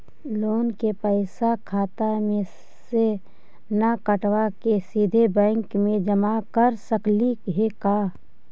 Loan के पैसा खाता मे से न कटवा के सिधे बैंक में जमा कर सकली हे का?